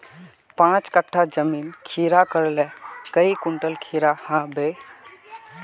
पाँच कट्ठा जमीन खीरा करले काई कुंटल खीरा हाँ बई?